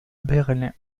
berlin